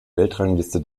weltrangliste